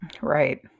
Right